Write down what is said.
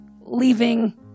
leaving